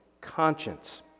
conscience